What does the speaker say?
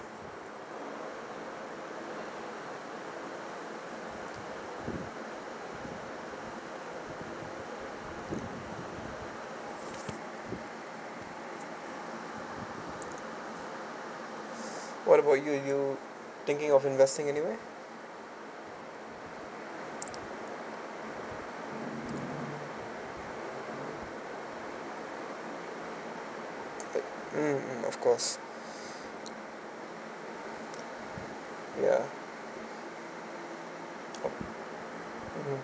what about you you thinking of investing anywhere mm of course ya mmhmm